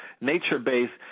nature-based